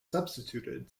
substituted